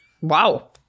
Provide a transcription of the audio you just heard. Wow